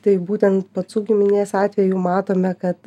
taip būtent pacų giminės atveju matome kad